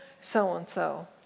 so-and-so